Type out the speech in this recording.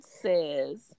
says